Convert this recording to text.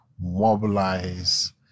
mobilize